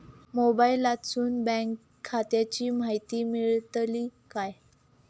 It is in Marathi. मोबाईलातसून बँक खात्याची माहिती मेळतली काय?